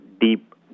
deep